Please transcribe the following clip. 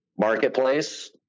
marketplace